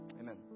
Amen